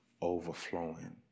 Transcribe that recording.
overflowing